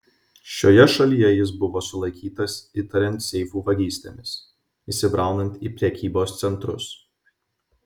šioje šalyje jis buvo sulaikytas įtariant seifų vagystėmis įsibraunant į prekybos centrus